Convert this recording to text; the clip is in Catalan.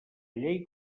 llei